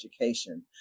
education